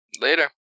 Later